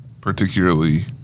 particularly